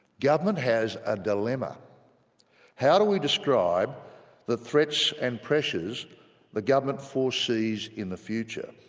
government has a dilemma how do we describe the threats and pressures the government foresees in the future.